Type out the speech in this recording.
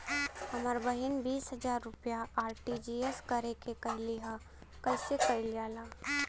हमर बहिन बीस हजार रुपया आर.टी.जी.एस करे के कहली ह कईसे कईल जाला?